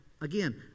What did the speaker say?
again